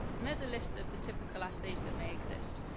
and there's a list of the typical assays that may exist.